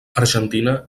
argentina